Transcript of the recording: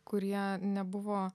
kurie nebuvo